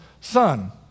son